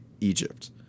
Egypt